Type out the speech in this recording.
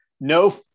No